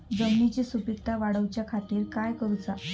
जमिनीची सुपीकता वाढवच्या खातीर काय करूचा?